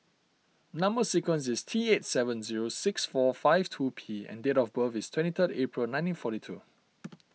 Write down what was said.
Number Sequence is T eight seven zero six four five two P and date of birth is twenty third April nineteen forty two